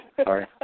Sorry